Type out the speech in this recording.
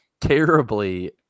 terribly